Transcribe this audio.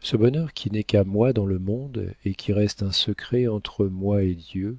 ce bonheur qui n'est qu'à moi dans le monde et qui reste un secret entre moi et dieu